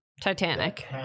titanic